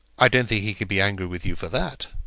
i don't think he can be angry with you for that.